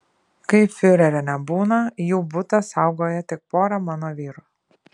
kai fiurerio nebūna jų butą saugoja tik pora mano vyrų